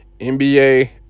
NBA